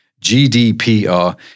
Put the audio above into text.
GDPR